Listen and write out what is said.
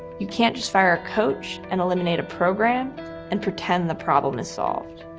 you can't just fire a coach and eliminate a program and pretend the problem is solved.